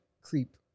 creep